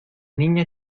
niña